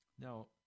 Now